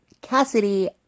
Cassidy